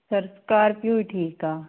ਸਰਕਾਰਪਿਓ ਹੀ ਠੀਕ ਆ